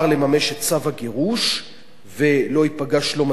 את צו הגירוש ולא ייפגע שלום הציבור,